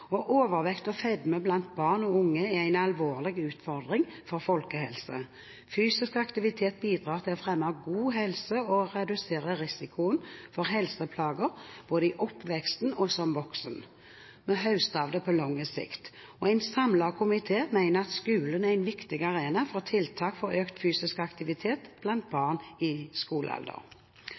og overvekt og fedme blant barn og unge er en alvorlig utfordring for folkehelsen. Fysisk aktivitet bidrar til å fremme god helse og redusere risikoen for helseplager både i oppveksten og som voksen. Vi høster av det på lang sikt. En samlet komité mener at skolen er en viktig arena for tiltak for økt fysisk aktivitet blant barn i